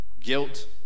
guilt